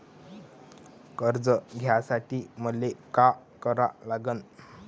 कर्ज घ्यासाठी मले का करा लागन?